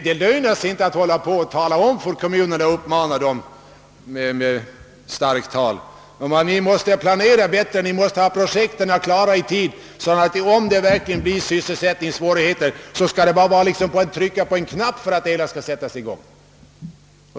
Det lönar sig inte att med kraftigt tal uppmana kommunerna att planera bättre, att de måste ha projekten klara i tid så att det, om det blir sysselsätiningssvårigheter, bara skall vara att trycka på en knapp för att det hela skall sättas i gång.